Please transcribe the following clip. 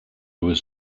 was